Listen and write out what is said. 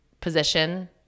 position